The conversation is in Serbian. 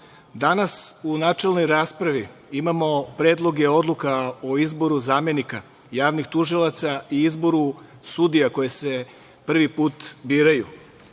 danas u načelnoj raspravi imamo predloge odluka o izboru zamenika javnih tužilaca i izboru sudija koje se prvi put biraju.